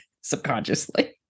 Subconsciously